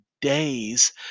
days